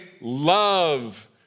love